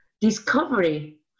discovery